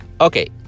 okay